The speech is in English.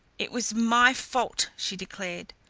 it was my fault, she declared,